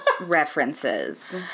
references